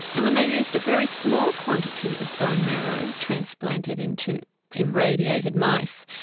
and when they used a very small quantity of bone marrow transplanted into irradiated mice,